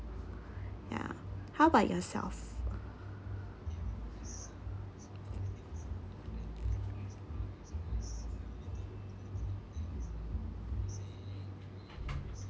ya how about yourself